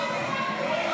לא הספקתם.